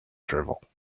drivel